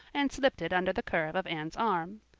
and slipped it under the curve of anne's arm.